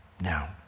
Now